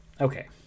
okay